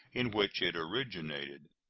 in which it originated.